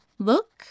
look